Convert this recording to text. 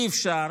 אי-אפשר